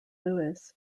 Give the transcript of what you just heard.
lewes